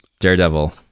Daredevil